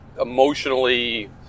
emotionally